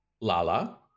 Lala